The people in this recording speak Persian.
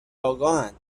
آگاهند